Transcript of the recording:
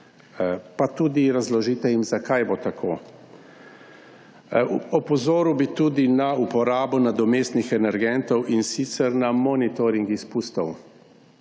pa tudi razložite jim, zakaj bo tako. Opozoril bi tudi na uporabo nadomestnih energentov, in sicer na monitoring izpustov.